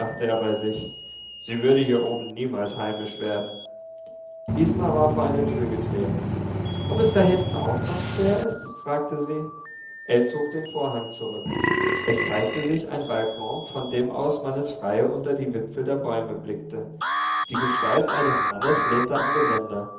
bei sich sie würde hier oben niemals heimisch werden isma war vor eine tür getreten ob es dahinten auch noch schwer ist fragte sie ell zog den vorhang zurück es zeigte sich ein balkon von dem aus man ins freie unter die wipfel der bäume blickte die gestalt eines mannes lehnte am geländer